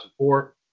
2004